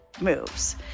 moves